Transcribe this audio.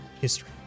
history